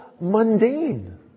mundane